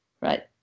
right